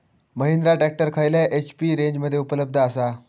Mahindra tractor खयल्या HP रेंजमध्ये उपलब्ध आसा?